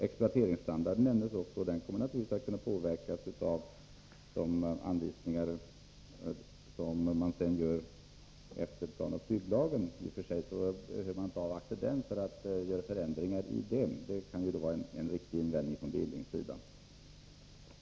Exploateringsstandarden nämndes också, och den kommer att kunna påverkas av de anvisningar som man gör efter planoch bygglagen. I och för sig behöver man inte avvakta den för att göra förändringar, det kan ju vara en riktig invändning från Knut Billings sida.